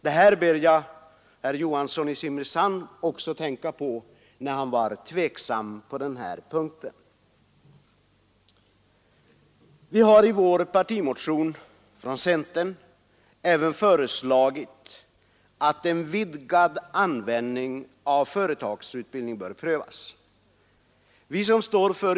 Det här ber jag herr Johansson i Simrishamn, som var tveksam på den här punkten, att tänka på. Vi har i vår partimotion även föreslagit att en vidgad företagsutbildning skall prövas.